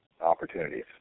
opportunities